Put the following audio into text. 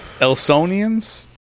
Elsonians